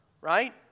right